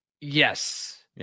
Yes